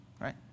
Right